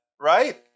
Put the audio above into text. right